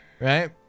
Right